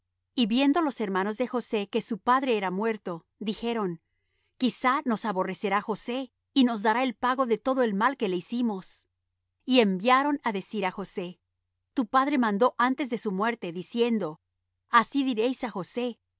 y viendo los hermanos de josé que su padre era muerto dijeron quizá nos aborrecerá josé y nos dará el pago de todo el mal que le hicimos y enviaron á decir á josé tu padre mandó antes de su muerte diciendo así diréis á josé